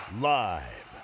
Live